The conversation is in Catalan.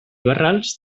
barrals